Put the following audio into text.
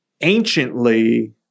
anciently